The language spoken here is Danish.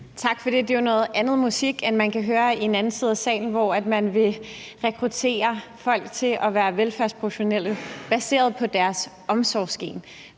Tak for det. Det er jo en anden musik, end man kan høre i en anden side af salen, hvor man vil rekruttere folk til at være velfærdsprofessionelle på baggrund af deres omsorgsgen;